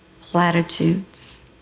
platitudes